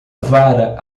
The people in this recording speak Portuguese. vara